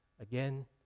again